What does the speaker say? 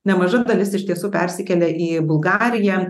nemaža dalis iš tiesų persikėlė į bulgariją